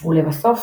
ולבסוף